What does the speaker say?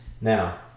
Now